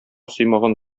сыймаган